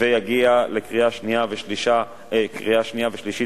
ויגיע לקריאה שנייה ושלישית במליאה.